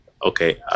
Okay